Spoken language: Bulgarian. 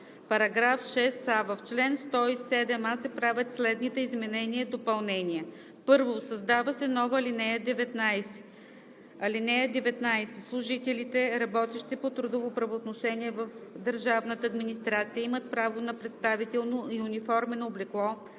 § 6а: „§ 6а. В чл. 107а. се правят следните изменения и допълнения: 1. Създава се нова ал. 19: „(19) Служителите, работещи по трудово правоотношение в държавната администрация, имат право на представително и униформено облекло,